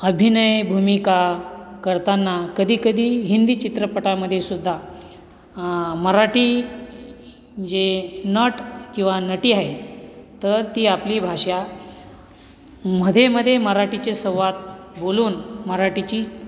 अभिनय भूमिका करताना कधीकधी हिंदी चित्रपटामध्ये सुद्धा मराठी जे नट किंवा नटी आहेत तर ती आपली भाषा मध्ये मध्ये मराठीचे संवाद बोलून मराठीची